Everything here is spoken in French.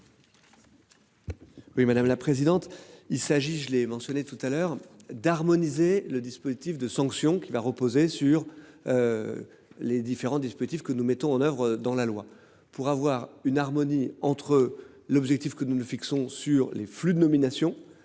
Oui madame la présidente. Il s'agit, je l'ai mentionné tout à l'heure d'harmoniser le dispositif de sanctions qui va reposer sur. Les différents dispositifs que nous mettons en oeuvre dans la loi pour avoir une harmonie entre l'objectif que nous nous fixons sur les flux de nomination